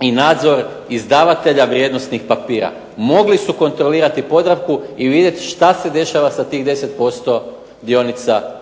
i nadzor izdavatelja vrijednosnih papira. Mogli su kontrolirati Podravku i vidjeti šta se dešava sa tih 10% dionica